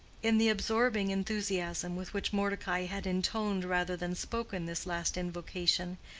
in the absorbing enthusiasm with which mordecai had intoned rather than spoken this last invocation,